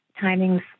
timing's